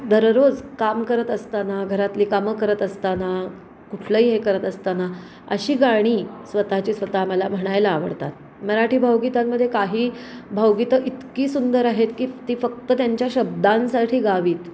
दररोज काम करत असताना घरातली कामं करत असताना कुठलंही हे करत असताना अशी गाणी स्वतःची स्वतः मला म्हणायला आवडतात मराठी भावगीतांमध्ये काही भावगीतं इतकी सुंदर आहेत की ती फक्त त्यांच्या शब्दांसाठी गावीत